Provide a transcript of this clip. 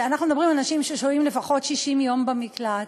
אנחנו מדברים על נשים ששהו לפחות 60 יום במקלט,